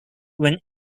when